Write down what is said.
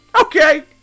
Okay